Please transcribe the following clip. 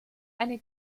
eine